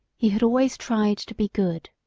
he had always tried to be good.